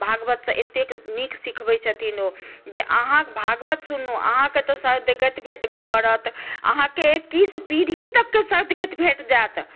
भागवतसँ एतेक नीक सिखबै छथिन ओ जे अहाँ भागवत सुनू अहाँकेँ तऽ सदगति भेटबे करत अहाँकेँ इक्कीस पीढ़ी तककेँ सदगति भेट जायत